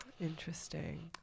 interesting